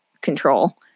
control